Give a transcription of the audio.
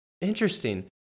Interesting